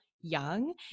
young